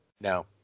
No